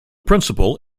principal